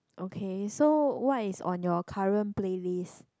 okay so what is on your current playlist